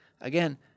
again